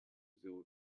zéro